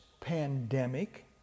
pandemic